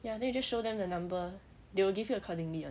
ya then you just show them the number they will give you accordingly [one]